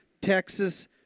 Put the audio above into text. Texas